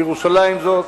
בירושלים זאת,